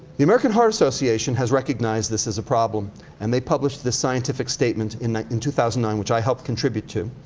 the american heart association has recognized this is a problem and they published this scientific statement in in two thousand and nine, which i helped contribute to,